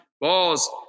balls